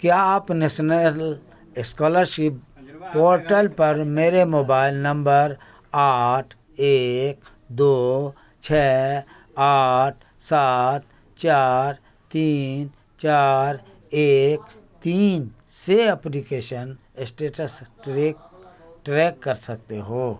کیا آپ national scholarship portal پر میرے موبائل نمبر آٹھ ایک دو چھ آٹھ سات چار تین چار ایک تین سے اپریکیشن اسٹیٹس ٹریک ٹریک کر سکتے ہو